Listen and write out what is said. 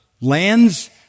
lands